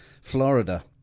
Florida